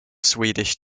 swedish